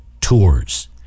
tours